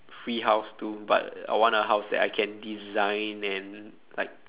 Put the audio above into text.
free house too but I want a house that I can design and like